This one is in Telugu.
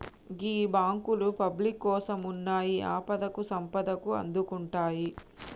గీ బాంకులు పబ్లిక్ కోసమున్నయ్, ఆపదకు సంపదకు ఆదుకుంటయ్